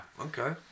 Okay